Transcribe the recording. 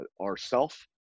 ourself